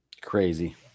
Crazy